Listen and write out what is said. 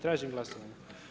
Tražim glasovanje.